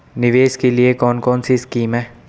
निवेश के लिए कौन कौनसी स्कीम हैं?